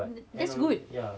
that's good